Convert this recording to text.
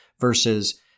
versus